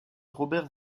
robert